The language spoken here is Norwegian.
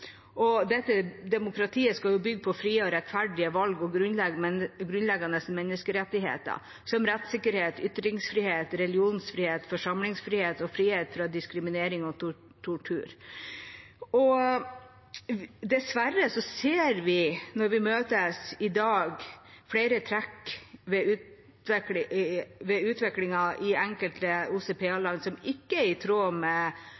Demokratiet skal jo bygge på frie og rettferdige valg og grunnleggende menneskerettigheter, som rettssikkerhet, ytringsfrihet, religionsfrihet, forsamlingsfrihet og frihet fra diskriminering og tortur. Dessverre ser vi når vi møtes i dag, flere trekk ved utviklingen i enkelte OSSE PA-land som ikke er i tråd med Helsingforsavtalen og Paris-charteret, som OSSE er bygd på. Enkelte